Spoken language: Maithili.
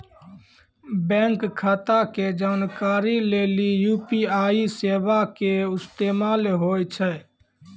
बैंक खाता के जानकारी लेली यू.पी.आई सेबा के इस्तेमाल होय छै